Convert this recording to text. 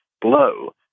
blow